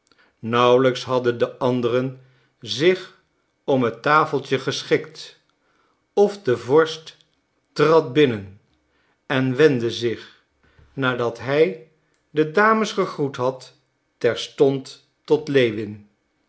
nauwelijks hadden de anderen zich om het tafeltje geschikt of de vorst trad binnen en wendde zich nadat hij de dames gegroet had terstond tot lewin